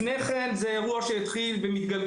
החלק של לפני כן, מתייחס לאירוע שהתחיל ב-2007